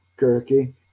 kirky